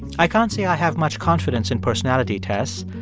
i can't say i have much confidence in personality tests.